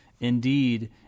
indeed